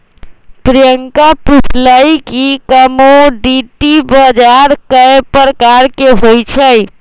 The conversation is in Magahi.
प्रियंका पूछलई कि कमोडीटी बजार कै परकार के होई छई?